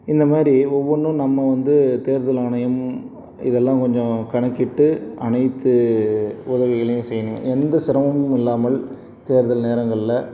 இந்தமாதிரி ஒவ்வொன்றும் நம்ம வந்து தேர்தல் ஆணையம் இதெல்லாம் கொஞ்சம் கணக்கிட்டு அனைத்து உதவிகளையும் செய்யணும் எந்த சிரமமும் இல்லாமல் தேர்தல் நேரங்கள்ல